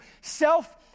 Self